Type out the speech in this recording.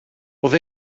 oedd